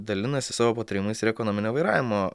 dalinasi savo patarimais ir ekonominio vairavimo